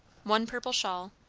one purple shawl.